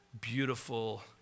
beautiful